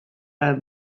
and